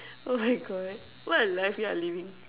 oh my God what a life you're living